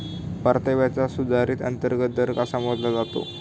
परताव्याचा सुधारित अंतर्गत दर कसा मोजला जातो?